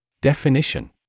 Definition